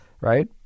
right